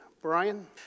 Brian